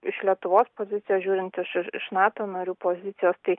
iš lietuvos pozicijos žiūrint iš iš nato narių pozicijos tai